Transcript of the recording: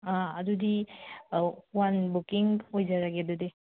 ꯑꯥ ꯑꯗꯨꯗꯤ ꯑꯣ one booking ꯑꯣꯏꯖꯔꯒꯦ ꯑꯗꯨꯗꯤ